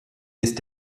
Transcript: ist